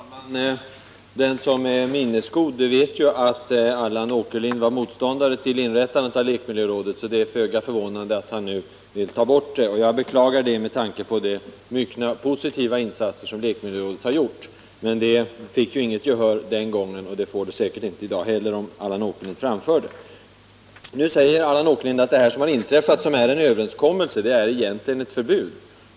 Herr talman! Den som är minnesgod vet att Allan Åkerlind var motståndare till inrättandet av lekmiljörådet, och det är mot den bakgrunden föga förvånande att han nu vill avskaffa det. Jag beklagar det med tanke på de många positiva insatser som lekmiljörådet har gjort. Allan Åkerlinds uppfattning vann emellertid vid det föregående tillfället inte gehör och så kommer säkerligen inte heller nu att bli fallet, om Allan Åkerlind vidhåller sin mening. Nu säger Allan Åkerlind att den träffade överenskommelsen egentligen är ett förbud.